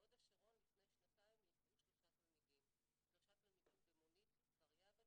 מהוד השרון לפני שנתיים יצאו שלושה תלמידים במונית לכפר יעבץ,